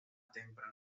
temprana